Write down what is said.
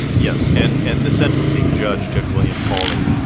yes. and and the sentencing judge judge william pauley,